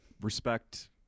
respect